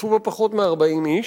שהשתתפו בה פחות מ-40 איש.